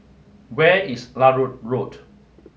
where is Larut Road